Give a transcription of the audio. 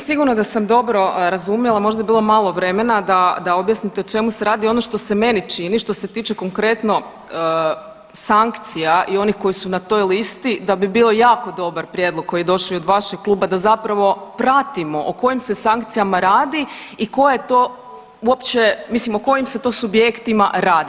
Pa nisam sigurna da sam dobro razumila, možda je bilo malo vremena da objasnite o čemu se radi, ono što se meni tiče što se tiče konkretno sankcija i onih koji su na toj listi da bi bilo jako dobar prijedlog koji je došao i od vašeg kluba da zapravo pratimo o kojim se sankcijama radi i ko je to uopće, mislim o kojim se to subjektima radi.